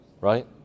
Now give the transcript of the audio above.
Right